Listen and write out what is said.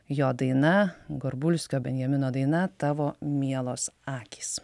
jo daina gorbulskio benjamino daina tavo mielos akys